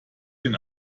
den